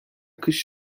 kış